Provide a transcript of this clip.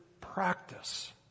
practice